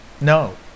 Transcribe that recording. no